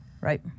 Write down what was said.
Right